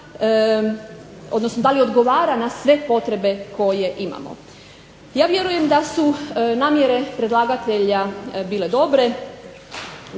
odnosno da li odgovara na sve potrebe koje imamo. Ja vjerujem da su namjere predlagatelja bile dobre.